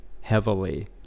heavily